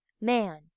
man